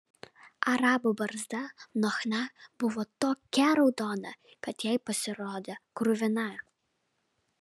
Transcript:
arabo barzda nuo chna buvo tokia raudona kad jai pasirodė kruvina